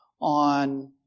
on